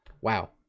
Wow